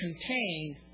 contained